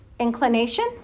inclination